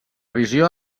visió